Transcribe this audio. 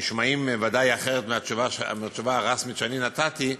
נשמעים ודאי אחרת מהתשובה הרשמית שאני נתתי.